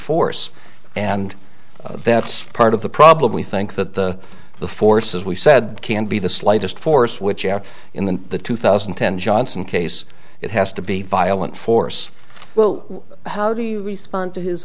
force and that's part of the problem we think that the the force as we said can be the slightest force which you have in the the two thousand and ten johnson case it has to be violent force well how do you respond to his